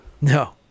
No